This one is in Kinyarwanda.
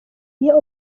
iyo